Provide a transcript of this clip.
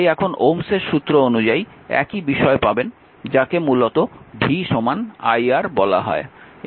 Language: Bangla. তাই এখন ওহমস সূত্র অনুযায়ী একই বিষয় পাবেন যাকে মূলত V i r বলা হয়